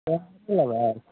लेबै